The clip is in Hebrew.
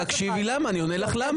תקשיבי, אני עונה לך למה.